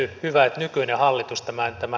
hyvä että nykyinen hallitus tämän teki